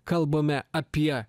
kalbame apie